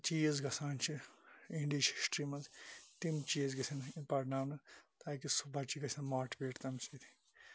چیٖز گَژھان چھِ اِنڈِہچہِ ہِسٹری مَنٛز تِم چیٖز گَژھَن یِنۍ پَرناونہٕ تاکہِ سُہ بَچہِ گَژھِ موٹِویٹ تمہِ سۭتۍ